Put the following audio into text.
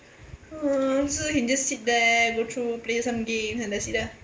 so you can just sit there go through play some games and that's it ah